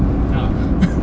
ah